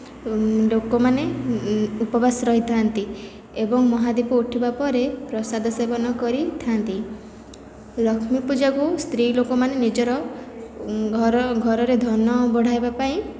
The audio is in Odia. ଲୋକମାନେ ଉପବାସ ରହିଥାନ୍ତି ଏବଂ ମହାଦୀପ ଉଠିବା ପରେ ପ୍ରସାଦ ସେବନ କରିଥାନ୍ତି ଲକ୍ଷ୍ମୀପୂଜାକୁ ସ୍ତ୍ରୀଲୋକମାନେ ମାନେ ନିଜର ଘରର ଧନ ବଢ଼େଇବା ପାଇଁ